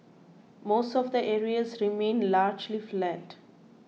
most of the areas remained largely flat